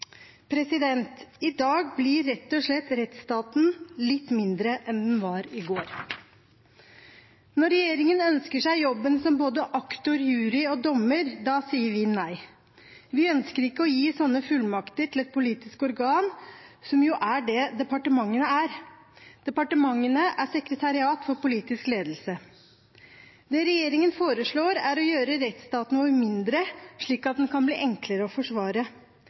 I dag blir rett og slett rettsstaten litt mindre enn den var i går. Når regjeringen ønsker seg jobben som både aktor, jury og dommer, sier vi nei. Vi ønsker ikke å gi sånne fullmakter til et politisk organ, som jo er det departementene er. Departementene er sekretariat for politisk ledelse. Det regjeringen foreslår, er å gjøre rettsstaten vår mindre, slik at den kan bli enklere å forsvare.